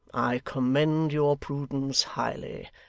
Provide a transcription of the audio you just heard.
i commend your prudence highly.